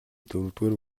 дөрөвдүгээр